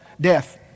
death